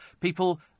People